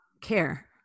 care